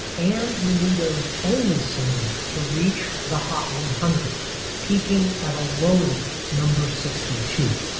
and menudo was only single to reach the hot one hundred peaking at a lowly number sixty two.